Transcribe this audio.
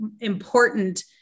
important